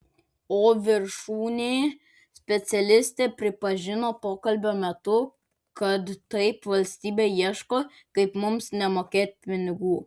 o viršūnė specialistė pripažino pokalbio metu kad taip valstybė ieško kaip mums nemokėt pinigų